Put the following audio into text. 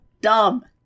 dumb